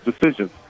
decisions